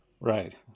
Right